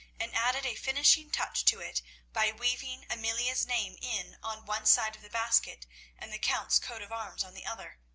and added a finishing touch to it by weaving amelia's name in on one side of the basket and the count's coat-of-arms on the other.